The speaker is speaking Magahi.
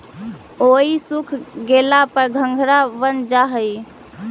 ओहि सूख गेला पर घंघरा बन जा हई